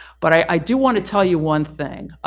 but i do want to tell you one thing,